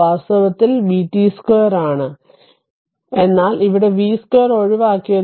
വാസ്തവത്തിൽ ഇത് vt 2 ആണ് എന്നാൽ ഇവിടെ v 2 ഒഴിവാക്കിയത്